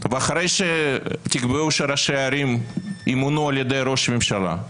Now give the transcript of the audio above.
ואחרי שתקבעו שראשי ערים ימונו על ידי ראש ממשלה,